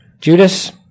Judas